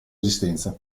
esistenza